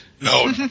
No